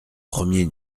premier